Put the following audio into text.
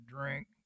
drink